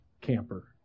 camper